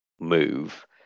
move